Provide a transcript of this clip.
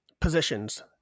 Positions